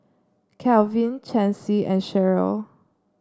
Kalvin Chancey and Sheryll